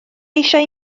eisiau